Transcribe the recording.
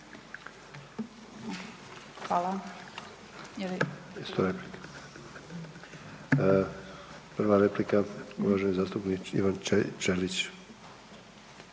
(HDZ)** Prva replika uvaženi zastupnik Ivan Ćelić.